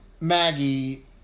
Maggie